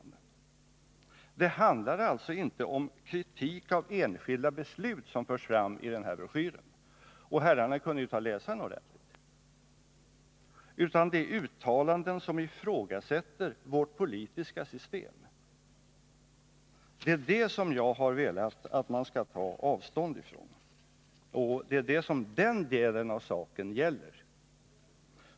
Det handlar alltså inte om kritik av de enskilda besluten — herrarna kunde ju ta och läsa broschyren ordentligt — utan det är uttalanden som ifrågasätter vårt politiska system. Det är det jag har velat att syn på vissa uttalanden av företagens intresseorga statsministern skall ta avstånd från. Det är den delen av saken det gäller.